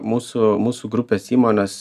mūsų mūsų grupės įmonės